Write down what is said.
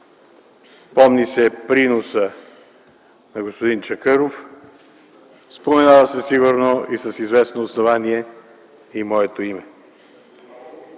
помни се приносът на господин Чакъров, споменава се сигурно - и с известно основание - и моето име